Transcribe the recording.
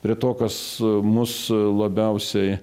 prie to kas mus labiausiai